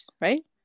Right